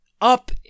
up